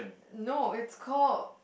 no is called